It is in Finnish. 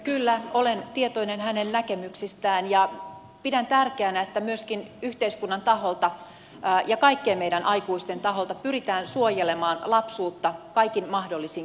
kyllä olen tietoinen hänen näkemyksistään ja pidän tärkeänä että myöskin yhteiskunnan taholta ja kaikkien meidän aikuisten taholta pyritään suojelemaan lapsuutta kaikin mahdollisin keinoin